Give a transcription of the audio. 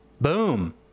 Boom